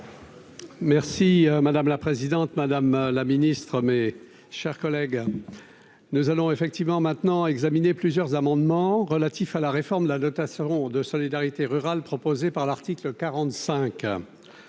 Merci madame la présidente, Madame la Ministre, mes chers collègues, nous allons effectivement maintenant examiner plusieurs amendements relatifs à la réforme de la dotation de solidarité rurale proposée par l'article 45